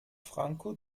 franco